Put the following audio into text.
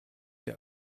der